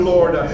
Lord